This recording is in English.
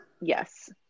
yes